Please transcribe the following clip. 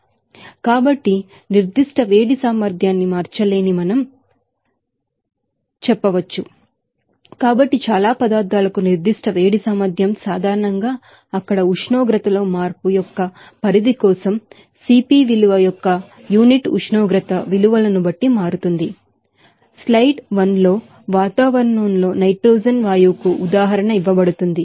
కాబట్టి specific heat కెపాసిటీspecific heat capacityనిర్దిష్ట వేడి సామర్థ్యాన్ని మార్చలేమని మనం చెప్పవచ్చు కాబట్టి చాలా పదార్థాల కు స్పెసిఫిక్ హీట్ కెపాసిటీ సాధారణంగా అక్కడ ఉష్ణోగ్రతలో మార్పు యొక్క పరిధి కోసం CP విలువ యొక్క యూనిట్ ఉష్ణోగ్రత విలువలను బట్టి మారుతుంది కాబట్టి స్లైడ్లలో 1 వాతావరణంలో నైట్రోజన్ వాయువుకు ఉదాహరణ ఇవ్వబడుతుంది